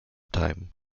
time